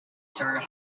started